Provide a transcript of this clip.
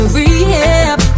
rehab